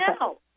No